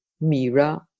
Mira